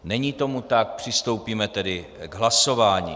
Není tomu tak, přistoupíme tedy k hlasování.